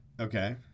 Okay